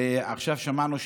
ועכשיו שמענו,